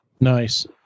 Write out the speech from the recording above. Nice